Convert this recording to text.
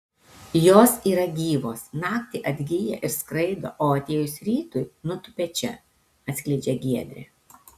jos yra gyvos naktį atgyja ir skraido o atėjus rytui nutūpia čia atskleidžia giedrė